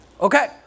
Okay